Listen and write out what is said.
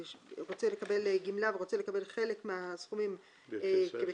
כשאדם שרוצה לקבל גמלה ורוצה לקבל חלק מהסכומים בכסף,